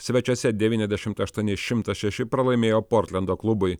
svečiuose devyniasdešimt aštuoni šimtas šeši pralaimėjo portlendo klubui